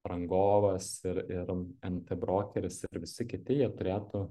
rangovas ir ir nt brokeris ir visi kiti jie turėtų